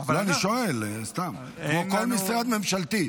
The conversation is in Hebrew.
אני שואל, כמו כל משרד ממשלתי.